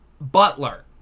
Butler